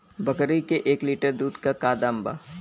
बकरी के एक लीटर दूध के का दाम बा?